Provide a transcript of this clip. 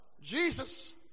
Jesus